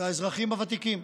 האזרחים הוותיקים.